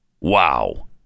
Wow